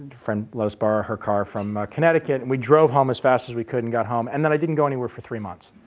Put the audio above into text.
friend let us borrow her car from connecticut and we drove home as fast as we could and got home and then i didn't go anywhere for three months.